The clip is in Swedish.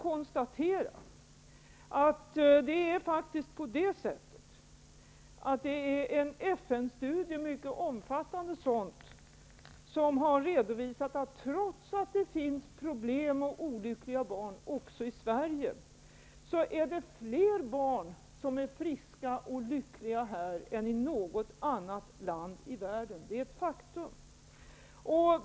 Det är faktiskt så att man i en mycket omfattande FN-studie har redovisat att, trots att det finns problem och olyckliga barn också i Sverige, det är fler barn som är friska och lyckliga här än i något annat land i världen. Det är ett faktum.